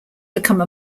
become